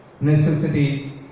necessities